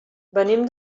venim